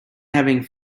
having